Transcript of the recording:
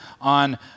on